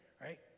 Right